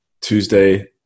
Tuesday